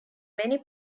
many